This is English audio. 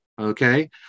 Okay